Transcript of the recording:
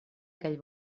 aquell